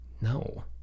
No